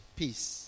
peace